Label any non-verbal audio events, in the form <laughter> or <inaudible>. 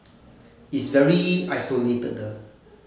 <noise> is very isolated 的